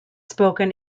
spoken